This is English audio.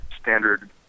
standard